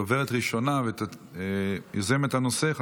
הדוברת הראשונה ויוזמת הנושא,